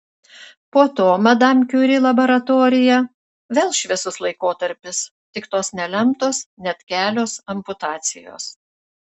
po to madam kiuri laboratorija vėl šviesus laikotarpis tik tos nelemtos net kelios amputacijos